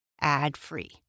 ad-free